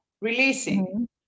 releasing